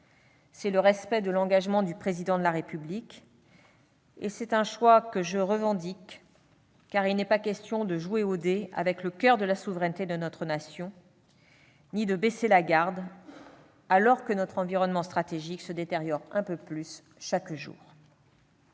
C'est le respect de l'engagement du Président de la République et c'est un choix que je revendique, car il n'est pas question de jouer aux dés avec le coeur de la souveraineté de notre nation ni de baisser la garde, alors que notre environnement stratégique se détériore un peu plus chaque jour.